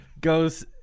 goes